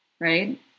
right